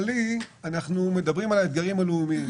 השמאלי אנחנו מדברים על האתגרים הלאומיים,